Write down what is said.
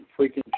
freaking